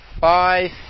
five